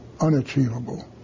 unachievable